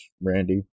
Randy